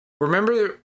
remember